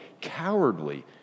cowardly